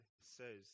says